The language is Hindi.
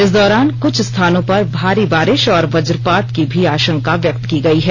इस दौरान कुछ स्थानों पर भारी बारिश और वज्रपात की भी आशंका व्यक्त की गयी है